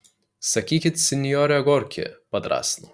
sakykit sinjore gorki padrąsinau